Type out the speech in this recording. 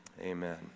Amen